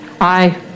aye